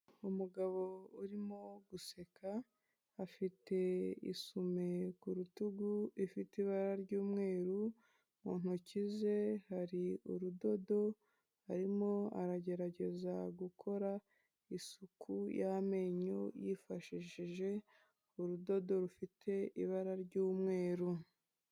Umugabo urimo guseka afite isume ku rutugu ifite ibara ry'umweru mu ntoki ze hari urudodo arimo aragerageza gukora isuku y'amenyo yifashishije urudodo rufite ibara ry'umweru.